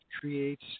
creates